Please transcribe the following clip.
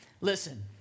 Listen